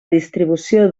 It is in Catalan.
distribució